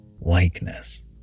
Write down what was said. likeness